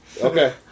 Okay